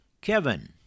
Kevin